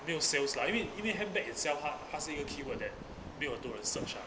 没有 sales lah 因为因为 handbag itself 它还是有 keyword that 没有很多人 search lah